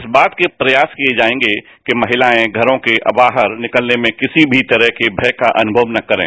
इस बात के प्रयास किए जाएंगे कि महिलाएं घरों के बाहर निकलने में किसी तरह के भय का अनुमव न करें